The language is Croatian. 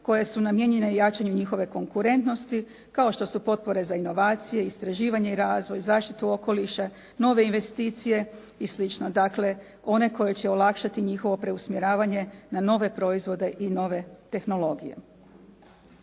koje su namijenjene jačanju njihove konkurentnosti kao što su potpore za inovacije, istraživanje i razvoj, zaštitu okoliša, nove investicije i slično. Dakle, one koje će olakšati njihovo preusmjeravanje na nove proizvode i nove tehnologije.